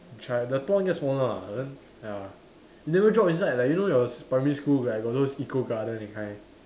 try the pond gets smaller lah then ya never drop inside like you know yours primary school got like those eco garden that kind